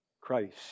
Christ